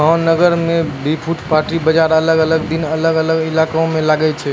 महानगर मॅ भी फुटपाती बाजार अलग अलग दिन अलग अलग इलाका मॅ लागै छै